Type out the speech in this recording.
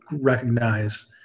recognize